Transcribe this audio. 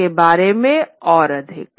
इसके बारे में और अधिक